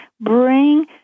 bring